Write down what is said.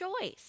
choice